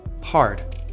hard